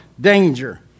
danger